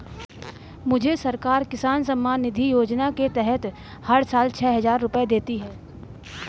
मुझे सरकार किसान सम्मान निधि योजना के तहत हर साल छह हज़ार रुपए देती है